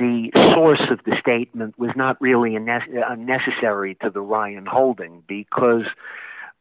the source of the statement was not really a nest necessary to the ryan holding because